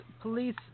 police